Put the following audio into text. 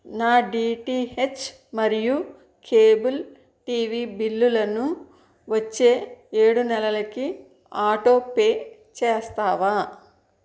నా డిటిహెచ్ మరియు cable TV బిల్లులను వచ్చే ఏడు నెలలకి ఆటోపే చేస్తావా